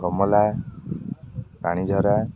ଗମଲା ପାଣିଝରା